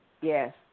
yes